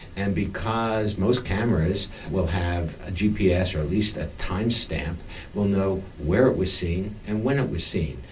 and because most cameras will have a gps or at least a timestamp we'll know where it was seen and when it was seen.